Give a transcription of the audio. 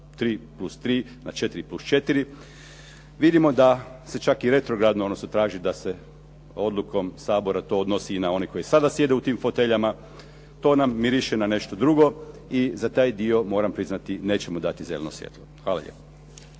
3 plus 3 na 4 plus 4. Vidimo da se čak i retrogradno traži da se odlukom Sabora to odnosi i na one koji sada sjede u tim foteljama. To nam miriše na nešto drugo i za taj dio moram priznati nećemo dati zeleno svjetlo. Hvala lijepo.